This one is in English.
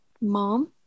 mom